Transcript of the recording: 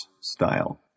style